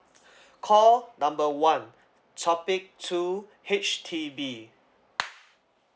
call number one topic two H_D_B